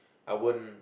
I won't